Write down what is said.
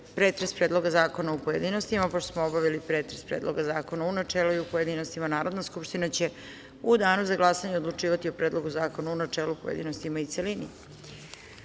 pretres Predloga zakona u pojedinostima. Pošto smo obavili pretres Predloga zakona u načelu i u pojedinostima, Narodna skupština će u danu za glasanje odlučivati o Predlogu zakona u načelu, pojedinostima i celini. Tačka